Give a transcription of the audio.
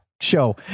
show